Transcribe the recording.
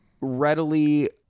readily